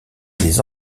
les